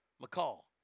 McCall